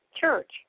Church